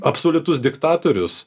absoliutus diktatorius